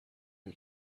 all